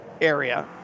area